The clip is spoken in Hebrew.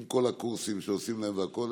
עם כל הקורסים שעושים להם והכול,